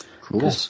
Cool